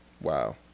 Wow